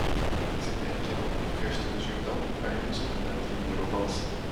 atsipeikėjau kai iš toli išgirdau aidu sklindantį vyro balsą